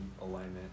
alignment